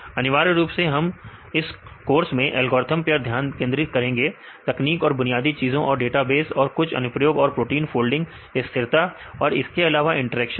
अनिवार्य रूप से हम इस कोर्स में एल्गोरिथ्म पर ध्यान केंद्रित करेंगे तकनीक और बुनियादी चीजें और डेटाबेस और कुछ अनुप्रयोग और प्रोटीन फोल्डिंग स्थिरता और इसके अलावा इंटरेक्शन